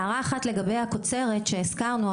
הערה אחת לגבי הקוצרת שהזכרנו,